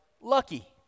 lucky